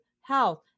health